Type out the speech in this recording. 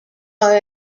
are